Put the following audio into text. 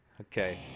okay